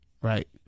Right